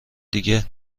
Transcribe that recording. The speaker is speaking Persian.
دیگه